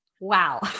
Wow